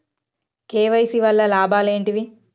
KYC వల్ల లాభాలు ఏంటివి?